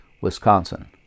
Wisconsin